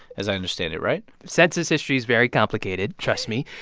as i understand it, right? census history is very complicated. trust me.